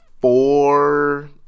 four